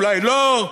אולי לא?